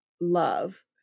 love